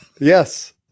Yes